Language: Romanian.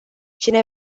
cine